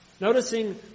noticing